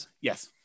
Yes